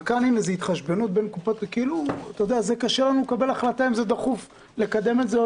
אבל כאן זה קשה לנו לקבל אם זה דחוף לקדם את זה או